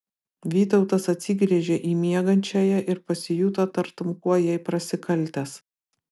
vytautas atsigręžė į miegančiąją ir pasijuto tartum kuo jai prasikaltęs